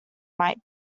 might